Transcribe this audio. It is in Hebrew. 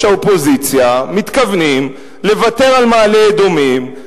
האופוזיציה מתכוונים לוותר על מעלה-אדומים,